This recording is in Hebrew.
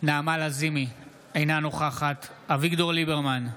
נעמה לזימי, אינה נוכחת אביגדור ליברמן,